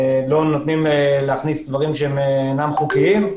נותנים להכניס דברים שהם אינם חוקיים,